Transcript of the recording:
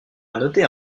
noter